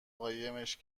قایمش